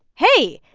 hey,